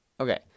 Okay